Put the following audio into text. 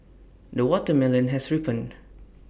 the watermelon has ripened